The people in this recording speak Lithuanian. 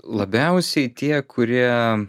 labiausiai tie kurie